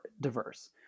diverse